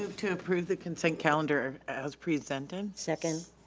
to approve the consent calendar as presented. second.